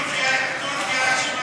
טורקיה אשמה